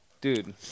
dude